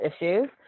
issues